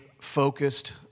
focused